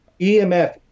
EMF